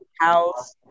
house